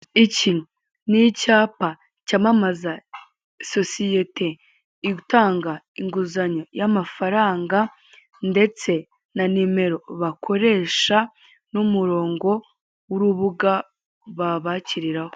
Iki ni icyapa cyamamaza sosiyeti itanga inguzanyo y'amafaranga ndetse na nimero bakoresha n'umurongo w'urubuga babakiriraho.